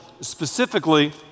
specifically